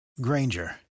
Granger